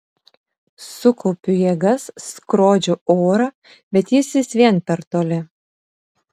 sukaupiu jėgas skrodžiu orą bet jis vis vien per toli